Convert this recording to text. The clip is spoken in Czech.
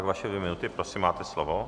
Vaše dvě minuty, prosím, máte slovo.